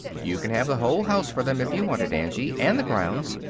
you can have the whole house for them, if you want it, angie, and the grounds,